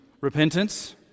Repentance